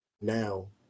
now